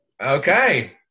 Okay